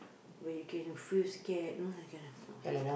where you can feel scared you know that kind of